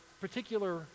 particular